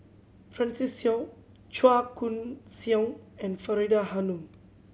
Francis Seow Chua Koon Siong and Faridah Hanum